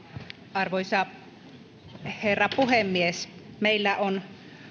arvoisa herra puhemies meillä on